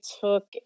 took